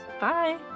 Bye